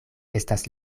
estas